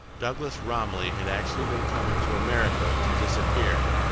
douglas romilly had actually been coming to america to disappear!